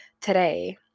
today